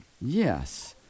Yes